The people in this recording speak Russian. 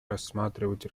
рассматривать